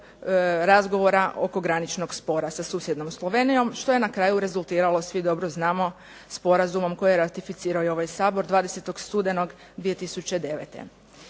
razgovora oko graničnog spora sa susjednom Slovenijom. Što je na kraju rezultiralo, svi dobro znamo, sporazumom koji je ratificirao i ovaj Sabor 20. studenog 2009.